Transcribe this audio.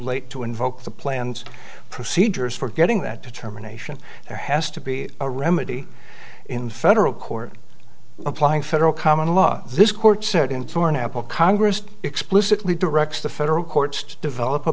late to invoke the plan's procedures for getting that determination there has to be a remedy in federal court applying federal common law this court said into an apple congress explicitly directs the federal courts to develop a